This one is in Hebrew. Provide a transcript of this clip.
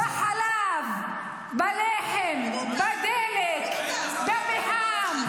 במים, בחשמל, בחלב, בלחם, בדלק, תוריד אותה.